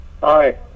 Hi